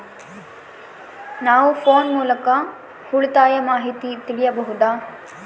ನಾವು ಫೋನ್ ಮೂಲಕ ಉಳಿತಾಯದ ಮಾಹಿತಿ ತಿಳಿಯಬಹುದಾ?